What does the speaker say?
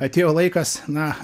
atėjo laikas na